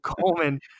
Coleman